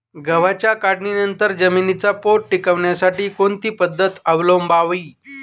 गव्हाच्या काढणीनंतर जमिनीचा पोत टिकवण्यासाठी कोणती पद्धत अवलंबवावी?